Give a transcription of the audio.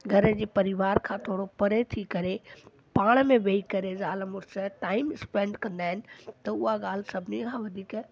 घर जे परिवार खां थोरो परे थी करे पाण में वेहि करे ज़ाल मुड़ुस टाइम स्पेंड कंदा आहिनि त उहा ॻाल्हि सभिनीनि खां वधीक